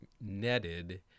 netted